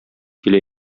килә